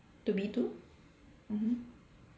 to B two mm